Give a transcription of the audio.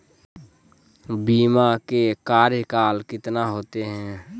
बीमा के कार्यकाल कितना होते?